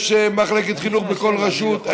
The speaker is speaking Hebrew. יש מחלקת חינוך בכל רשות,